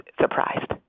surprised